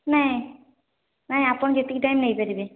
ନାହିଁ ନାହିଁ ଆପଣ ଯେତିକି ଟାଇମ୍ ନେଇ ପାରିବେ